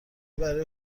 برای